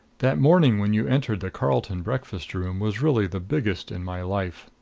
that morning when you entered the carlton breakfast room was really the biggest in my life.